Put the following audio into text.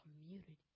community